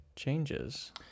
changes